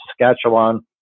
Saskatchewan